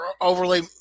overly